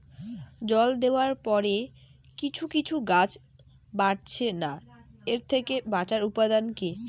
জল দেওয়ার পরে কিছু কিছু গাছ বাড়ছে না এর থেকে বাঁচার উপাদান কী?